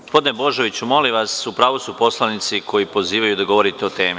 Gospodine Božoviću, molim vas, u pravu su poslanici koji pozivaju da govorite o temi.